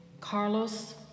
Carlos